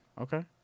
Okay